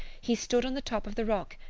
he stood on the top of the rock,